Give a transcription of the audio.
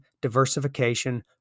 diversification